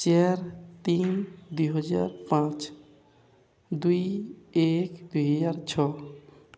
ଚାରି ତିନି ଦୁଇ ହଜାର ପାଞ୍ଚ ଦୁଇ ଏକ ଦୁଇ ହଜାର ଛଅ